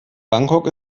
bangkok